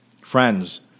Friends